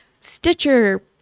stitcher